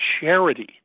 charity